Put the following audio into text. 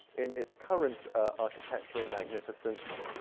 in its current architectural magnificence,